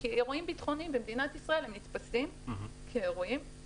כי אירועים ביטחוניים במדינת ישראל נתפסים כאירועים צפויים,